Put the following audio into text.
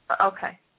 Okay